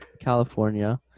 California